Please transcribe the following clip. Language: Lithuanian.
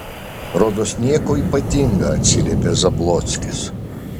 rodos nieko ypatinga atsiliepė zablockis